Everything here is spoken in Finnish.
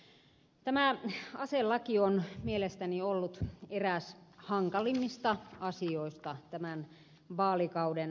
tämä aselaki on mielestäni ollut eräs hankalimmista asioista tämän vaalikauden aikana